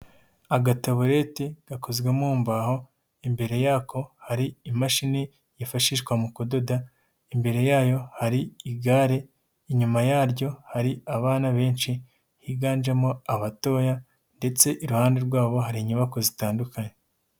Agatabureti gakozwe mu mbaho imbere yako hari imashini yifashishwa mu kudoda, imbere yayo hari igare inyuma yaryo hari abana benshi higanjemo abatoya ndetse iruhande rwabo hari inyubako zitandukanye.